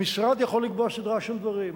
המשרד יכול לקבוע סדרה של דברים,